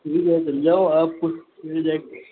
ठीक है चले जाओ आप फिर